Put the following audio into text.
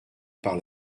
par